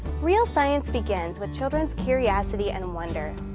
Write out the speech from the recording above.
real science begins with children's curiosity and wonder.